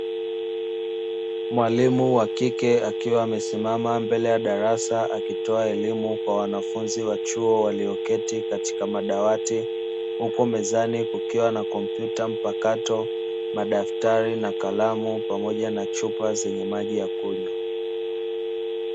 Mwalimu wa kike akiwa amesiamama mbele ya darasa akiwa ametoa kwa wanafunzi wa chuo walioketi katika madawati, huku mezani kukiwa na kompyuta mpakato, madaftari na kalamu pamoja na chupa zenye maji ya kunywa.